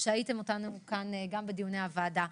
שהייתם אתנו כאן גם בדיוני הוועדה.